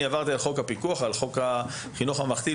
אני עברתי על חוק הפיקוח ועל החינוך הממלכתי,